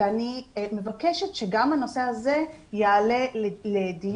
ואני מבקשת שגם הנושא הזה יעלה לדיון